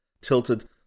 tilted